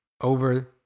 over